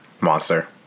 Monster